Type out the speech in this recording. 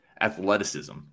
Athleticism